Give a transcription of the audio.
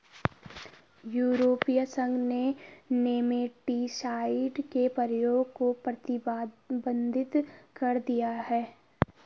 यूरोपीय संघ ने नेमेटीसाइड के प्रयोग को प्रतिबंधित कर दिया है